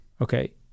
Okay